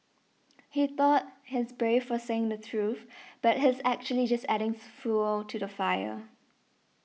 he thought he's brave for saying the truth but he's actually just adding fuel to the fire